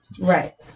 Right